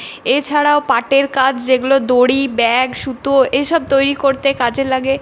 এছাড়াও পাটের কাজ যেগুলো দড়ি ব্যাগ সুতো এইসব তৈরি করতে কাজে লাগে